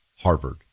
Harvard